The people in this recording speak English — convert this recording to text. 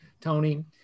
Tony